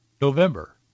November